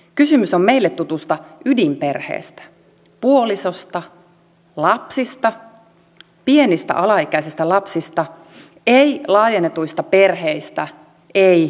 kysymys on meille tutusta ydinperheestä puolisosta lapsista pienistä alaikäisistä lapsista ei laajennetuista perheistä ei suvuista